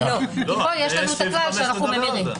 פה יש לנו את הכלל שאנחנו ממירים,